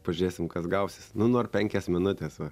pažiūrėsim kas gausis nu nor penkias minutes va